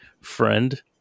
friend